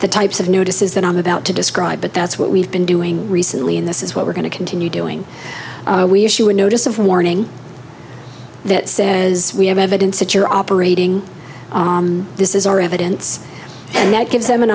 the types of notices that i'm about to describe but that's what we've been doing recently in this is what we're going to continue doing we issue a notice of warning that says we have evidence that you're operating this is our evidence and that gives them an